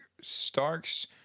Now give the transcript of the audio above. Stark's